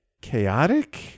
chaotic